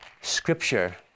Scripture